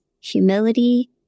humility